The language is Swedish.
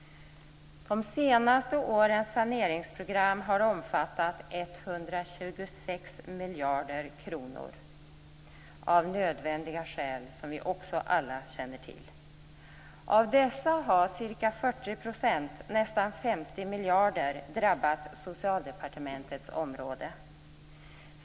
De senaste årens saneringsprogram har omfattat 126 miljarder kronor, och det var nödvändigt som vi alla vet. Av dessa har ca 40 %, nästan 50 miljarder, drabbat Socialdepartementets område.